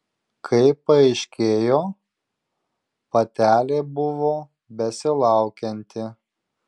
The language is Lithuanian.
kaip paaiškėjo patelė buvo besilaukianti